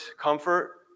Comfort